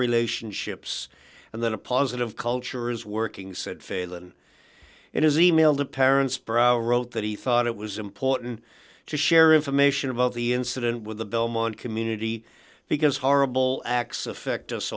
relationships and then a positive culture is working said failon in his email to parents brower wrote that he thought it was important to share information about the incident with the belmont community because horrible acts affect us